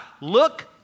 Look